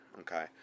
okay